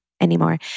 anymore